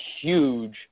huge